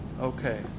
Okay